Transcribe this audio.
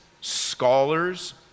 scholars